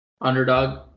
underdog